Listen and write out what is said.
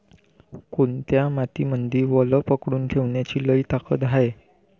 कोनत्या मातीमंदी वल पकडून ठेवण्याची लई ताकद हाये?